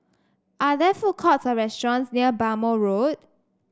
are there food courts or restaurants near Bhamo Road